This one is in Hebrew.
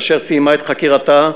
אשר סיימה את חקירתה,